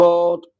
God